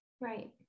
Right